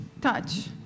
touch